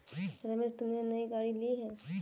रमेश तुमने नई गाड़ी ली हैं